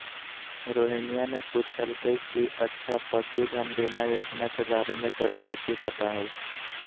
रोहिनीया ने पूछल कई कि अच्छा पशुधन बीमा योजना के बारे में तोरा काउची पता हाउ?